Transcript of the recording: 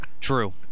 True